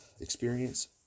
experience